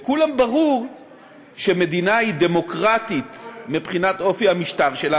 לכולם ברור שמדינה היא דמוקרטית מבחינת אופי המשטר שלה,